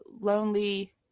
lonely